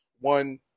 one